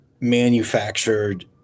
manufactured